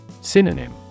Synonym